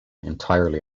entirely